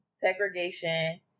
segregation